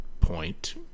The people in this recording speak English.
point